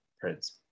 Prince